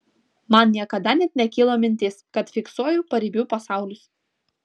man niekada net nekilo mintis kad fiksuoju paribių pasaulius